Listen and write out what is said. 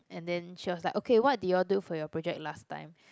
and then she was like okay what did you all do for your project last time